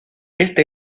este